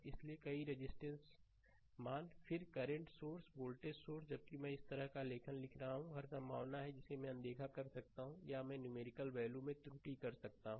इसलिए कई रजिस्टर मान फिर करंट सोर्स वोल्टेज सोर्स जबकि मैं इस तरह का लेखन लिख रहा हूं हर संभावना है जिसे मैं अनदेखा कर सकता हूं या मैं न्यूमेरिकल वैल्यू में त्रुटि कर सकता हूं